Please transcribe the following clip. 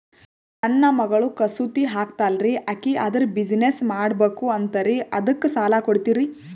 ನನ್ನ ಮಗಳು ಕಸೂತಿ ಹಾಕ್ತಾಲ್ರಿ, ಅಕಿ ಅದರ ಬಿಸಿನೆಸ್ ಮಾಡಬಕು ಅಂತರಿ ಅದಕ್ಕ ಸಾಲ ಕೊಡ್ತೀರ್ರಿ?